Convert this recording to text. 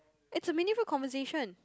it's a meaningful conversation